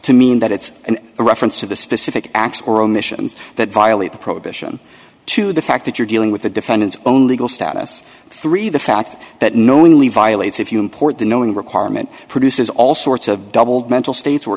to mean that it's an reference to the specific acts or omissions that violate the prohibition to the fact that you're dealing with the defendant's own legal status three the fact that knowingly violates if you import the knowing requirement produces all sorts of doubled mental states were